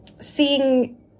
seeing